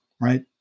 right